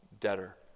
debtor